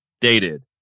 dated